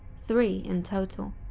three in total.